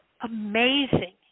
amazing